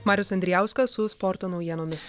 marius andrijauskas su sporto naujienomis